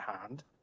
hand